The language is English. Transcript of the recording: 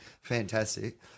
Fantastic